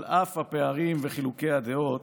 על אף הפערים וחילוקי הדעות